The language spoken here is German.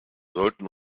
sollten